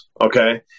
okay